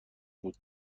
بود